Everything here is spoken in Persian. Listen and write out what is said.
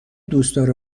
دوستدار